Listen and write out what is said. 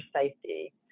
safety